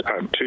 two